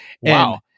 Wow